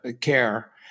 care